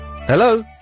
Hello